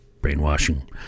brainwashing